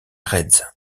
reds